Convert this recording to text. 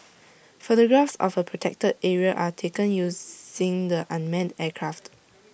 photographs of A protected area are taken using the unmanned aircraft